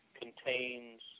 contains